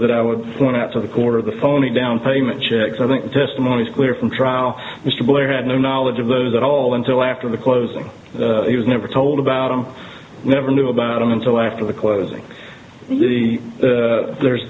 that i would point out to the core of the phony down payment checks i think the testimony is clear from trial mr blair had no knowledge of those at all until after the closing he was never told about him never knew about them until after the closing the there's